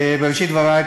בראשית דברי,